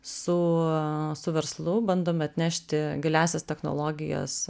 su su verslu bandome atnešti giliąsias technologijas